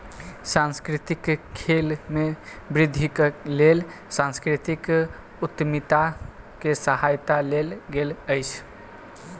सांस्कृतिक खेल में वृद्धिक लेल सांस्कृतिक उद्यमिता के सहायता लेल गेल अछि